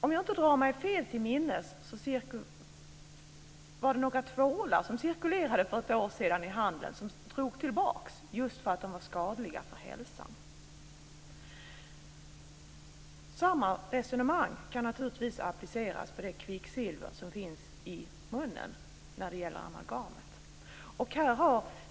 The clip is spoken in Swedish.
Om jag inte minns fel cirkulerade det för ett år sedan några tvålar i handeln som drogs tillbaka just därför att de var skadliga för hälsan. Samma resonemang kan naturligtvis appliceras på det kvicksilver som finns i munnen, dvs. i amalgamet.